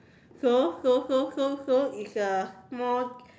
so so so so so it's a small